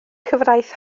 cyfraith